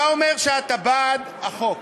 אתה אומר שאתה בעד החוק.